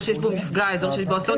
כמו מקום של מפגע או אסון,